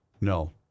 no